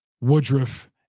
Woodruff